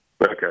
Okay